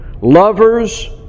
lovers